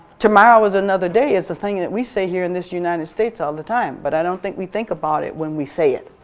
tomorrow is another day is this thing that we say here in this united states all the time, but i don't think we think about it when we say it.